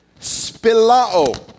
Spilao